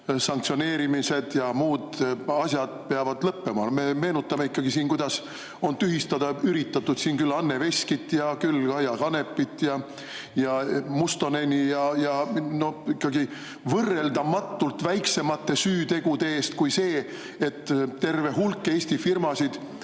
muud Venemaaga seotud asjad peavad lõppema. Meenutame ikkagi, kuidas on tühistada üritatud küll Anne Veskit, küll Kaia Kanepit ja Mustoneni ja ikkagi võrreldamatult väiksemate süütegude eest kui see, et terve hulk Eesti firmasid